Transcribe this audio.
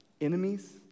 enemies